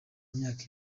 myaka